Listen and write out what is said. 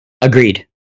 Agreed